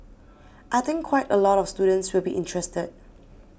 I think quite a lot of students will be interested